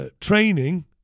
training